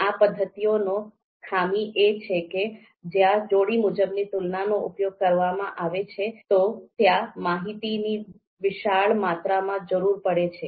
આ પદ્ધતિઓનો ખામી એ છે કે જ્યાં જોડી મુજબની તુલનાનો ઉપયોગ કરવામાં આવે છે તો ત્યાં માહિતીની વિશાળ માત્રામાં જરૂર પડે છે